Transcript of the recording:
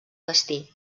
destí